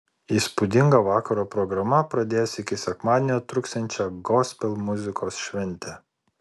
įspūdinga vakaro programa pradės iki sekmadienio truksiančią gospel muzikos šventę